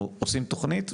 אנחנו עושים תוכנית,